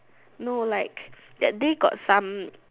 no like that day got some